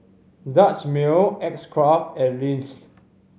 Dutch Mill X Craft and Lindt